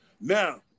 Now